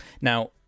Now